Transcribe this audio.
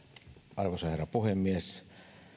arvoisa herra puhemies